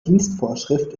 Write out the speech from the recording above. dienstvorschrift